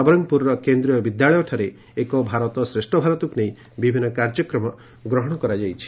ନବରଙ୍ଙପୁର କେନ୍ଦ୍ରୀୟ ବିଦ୍ୟାଳୟଠାରେଏକ ଭାରତ ଶ୍ରେଷ ଭାରତକୁ ନେଇ ବିଭିନୁ କାର୍ଯ୍ୟକ୍ରମ ଗ୍ରହଶ କରାଯାଇଛି